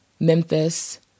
Memphis